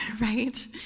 right